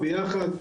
ביחד.